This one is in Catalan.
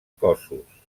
cossos